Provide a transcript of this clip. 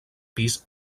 pis